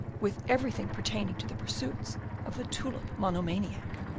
with everything pertaining to the pursuits of a tulip-monomaniac!